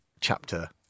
chapter